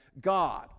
God